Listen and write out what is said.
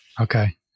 Okay